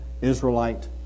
Israelite